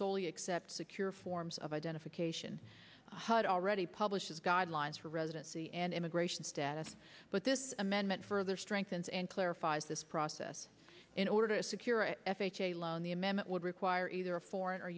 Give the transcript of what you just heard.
slowly accept secure forms of identification had already published guidelines for residency and immigration status but this amendment further strengthened and clarified this process in order to secure an f h a loan the amendment would require either a foreigner